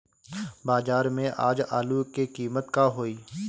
बाजार में आज आलू के कीमत का होई?